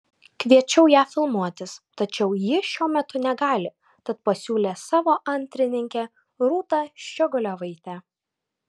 kviečiau ją filmuotis tačiau ji šiuo metu negali tad pasiūlė savo antrininkę rūtą ščiogolevaitę